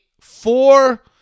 four